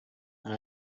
and